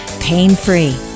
pain-free